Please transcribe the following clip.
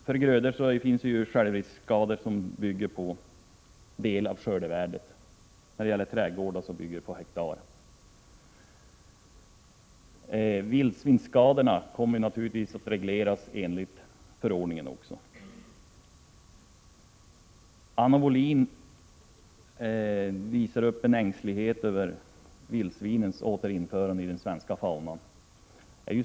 För grödor beräknas självrisken på del av skördevärdet och för trädgårdar på arealen. Vildsvinsskadorna kommer naturligtvis också att regleras enligt denna förordning. Anna Wohlin-Andersson är ängslig över vildsvinens återinförande i den svenska faunan.